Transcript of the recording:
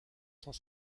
sans